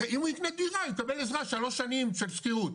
אם הוא יקנה דירה יקבל עזרה שלוש שנים של שכירות,